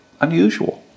unusual